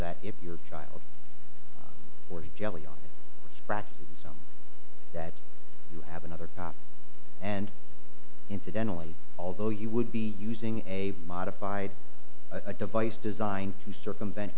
that if your child or jelly on crack so that you have another copy and incidentally although you would be using a modified device designed to circumvent